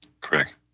Correct